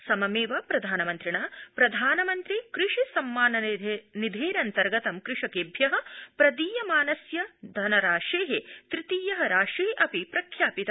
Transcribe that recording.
सममेव प्रधानमन्त्रिणा प्रधानमन्त्रि कृषि सम्मान निधेरन्तर्गतं कृषकेभ्य प्रदीयमानस्य धनराशे तृतीय राशि अपि प्रख्यापित